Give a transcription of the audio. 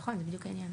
נכון, זה בדיוק העניין.